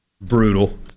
brutal